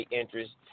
interest